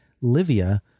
Livia